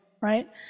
right